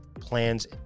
plans